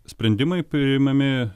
sprendimai priimami